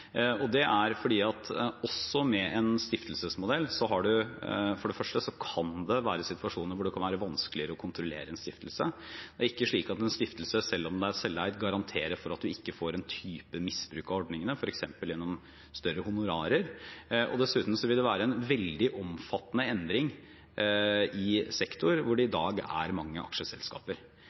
Det er fordi det også med en stiftelsesmodell kan være situasjoner hvor det kan være vanskeligere å kontrollere en stiftelse. Det er ikke slik at en stiftelse, selv om den er selveid, garanterer for at en ikke får noen type misbruk av ordningene, f.eks. gjennom større honorarer. Dessuten vil det være en veldig omfattende endring i en sektor hvor det i dag er mange aksjeselskaper.